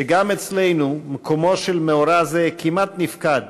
שגם אצלנו מקומו של מאורע זה כמעט נפקד,